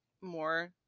more